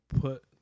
put